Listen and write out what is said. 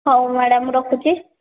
ହେଉ ମ୍ୟାଡ଼ାମ୍ ରଖୁଛି